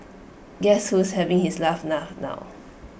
guess who is having his last laugh now